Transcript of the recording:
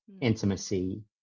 intimacy